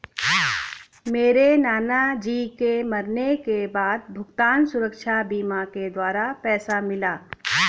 मेरे नाना जी के मरने के बाद भुगतान सुरक्षा बीमा के द्वारा पैसा मिला